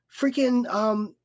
freaking –